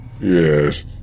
Yes